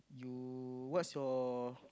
you what's your